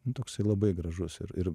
nu toksai labai gražus ir ir